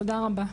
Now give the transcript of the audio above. תודה רבה.